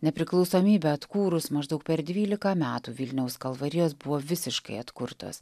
nepriklausomybę atkūrus maždaug per dvylika metų vilniaus kalvarijos buvo visiškai atkurtos